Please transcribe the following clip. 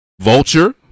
Vulture